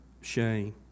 shame